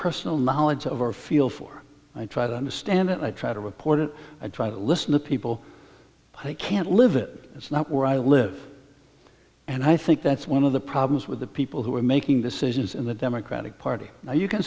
personal knowledge of or feel for i try to understand and i try to report it i try to listen to people i can't live it it's not where i live and i think that's one of the problems with the people who are making decisions in the democratic party now you can